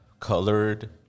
Colored